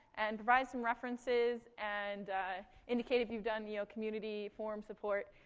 and provide some references, and indicate if you've done you know community forum support.